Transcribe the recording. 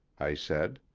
i said.